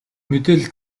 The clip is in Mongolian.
мэдээлэл